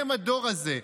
הם הדור הזה,